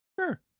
Sure